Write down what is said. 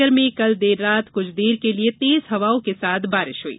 नगर में कल देर रात कुछ देर के लिये तेज हवाओं के साथ बारिश हुई